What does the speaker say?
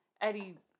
Eddie